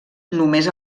només